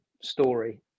story